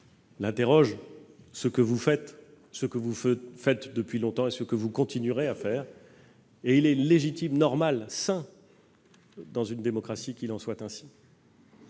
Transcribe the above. l'interroge. C'est ce que vous faites depuis longtemps et c'est ce que vous continuerez à faire. Il est légitime, normal, sain, dans une démocratie, qu'il en soit ainsi.